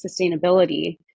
sustainability